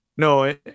No